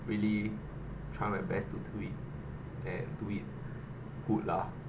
really try my best to do it and do it good lah